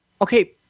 Okay